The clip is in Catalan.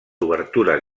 obertures